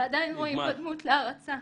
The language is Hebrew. ועדיין רואים בו דמות להערצה.